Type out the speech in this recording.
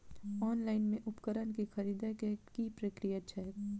Online मे उपकरण केँ खरीदय केँ की प्रक्रिया छै?